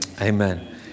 Amen